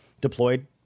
deployed